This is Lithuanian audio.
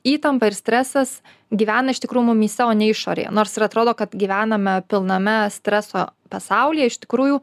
įtampa ir stresas gyvena iš tikrų mumyse o ne išorėje nors ir atrodo kad gyvename pilname streso pasaulyje iš tikrųjų